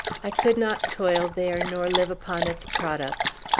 i could not toil there, nor live upon its products.